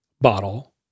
bottle